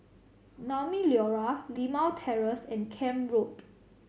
Naumi Liora Limau Terrace and Camp Road